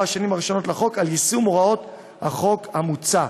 השנים הראשונות לחוק על יישום הוראות החוק המוצע.